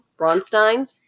Bronstein